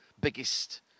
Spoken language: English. biggest